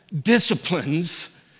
disciplines